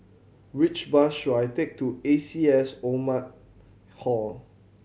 which bus should I take to A C S Oldham Hall